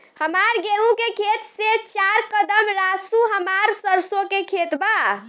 हमार गेहू के खेत से चार कदम रासु हमार सरसों के खेत बा